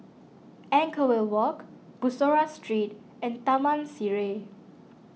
Anchorvale Walk Bussorah Street and Taman Sireh